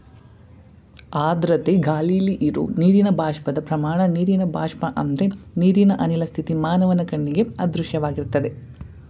ಆರ್ದ್ರತೆ ಗಾಳಿಲಿ ಇರೋ ನೀರಿನ ಬಾಷ್ಪದ ಪ್ರಮಾಣ ನೀರಿನ ಬಾಷ್ಪ ಅಂದ್ರೆ ನೀರಿನ ಅನಿಲ ಸ್ಥಿತಿ ಮಾನವನ ಕಣ್ಣಿಗೆ ಅದೃಶ್ಯವಾಗಿರ್ತದೆ